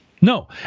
No